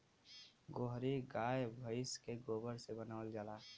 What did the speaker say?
गोहरी गाय भइस के गोबर से बनावल जाला